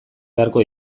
beharko